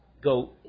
go